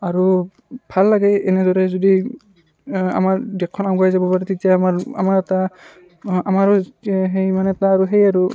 আৰু ভাল লাগে এনেদৰে যদি আমাৰ দেশখন আগুৱাই যাব পাৰে তেতিয়া আমাৰ আমাৰ এটা আমাৰো তে সেই মানে এটা আৰু সেই আৰু